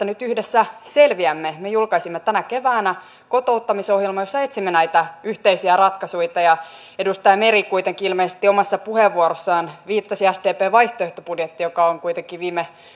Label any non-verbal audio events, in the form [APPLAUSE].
[UNINTELLIGIBLE] nyt yhdessä selviämme me julkaisimme tänä keväänä kotouttamisohjelman jossa etsimme näitä yhteisiä ratkaisuja ja kun edustaja meri kuitenkin ilmeisesti omassa puheenvuorossaan viittasi sdpn vaihtoehtobudjettiin joka on viime